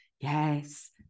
Yes